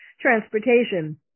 transportation